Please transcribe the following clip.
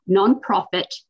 nonprofit